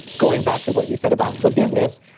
going back to what you said about forgiveness,